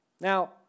Now